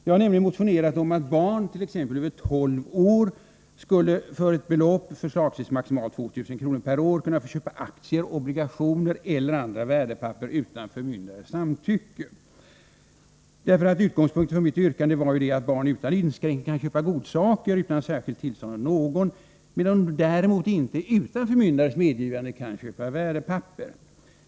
Jag har nämligen motionerat om att barn, t.ex. över tolv år, skulle för ett belopp — förslagsvis maximalt 2 000 kr. per år — kunna få köpa aktier, obligationer eller andra värdepapper utan förmyndares samtycke. Utgångspunkten för mitt yrkande var att barn utan inskränkningar kan köpa godsaker utan särskilt tillstånd av någon, medan de däremot inte utan förmyndares medgivande kan köpa värdepapper.